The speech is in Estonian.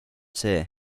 see